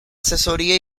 asesoría